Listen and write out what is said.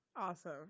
Awesome